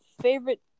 favorite